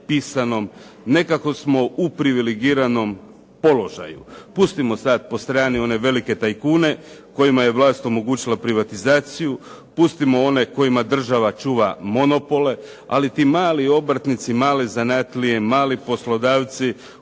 pisanom, nekako smo u privilegiranom položaju. Pustimo sad po strani one velike tajkune kojima je vlast omogućila privatizaciju, pustimo one kojima država čuva monopole ali ti mali obrtnici, male zanatlije, mali poslodavci